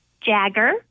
Jagger